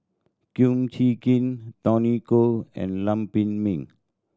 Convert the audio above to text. Kum Chee Kin Tony Khoo and Lam Pin Min